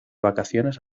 vacaciones